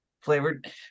flavored